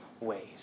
ways